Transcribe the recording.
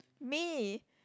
me